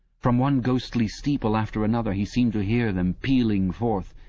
from one ghostly steeple after another he seemed to hear them pealing forth.